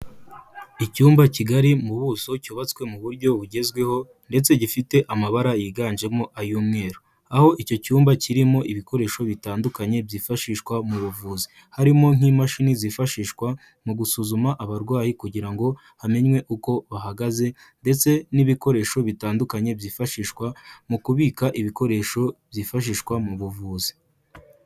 Icyumba kigari mu buso cyubatswe mu buryo bugezweho ndetse gifite amabara yiganjemo ay'umweru, aho icyo cyumba kirimo ibikoresho bitandukanye byifashishwa mu buvuzi, harimo nk'imashini zifashishwa mu gusuzuma abarwayi kugira ngo hamenwe uko bahagaze ndetse n'ibikoresho bitandukanye byifashishwa mu kubika ibikoresho byifashishwa mu buvuzi.